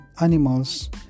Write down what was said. animals